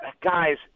guys